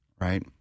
right